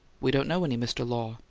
we don't know any mr. law.